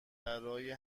برای